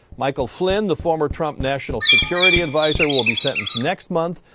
michael flynn, the former trump national security adviser, will be sentenced next month,